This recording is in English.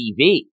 TV